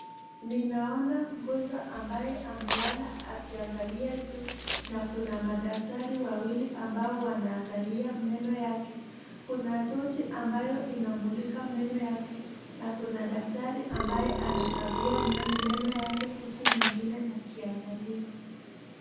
Ninaona mgonjwa ambaye amelala akiangalia juu na kuna madaktari wawili ambao wanawaangalia meno yake, kuna tochi ambayo inamulika meno yake na kuna daktari ambaye anakagua meno yake huku mwingine akiamwangalia.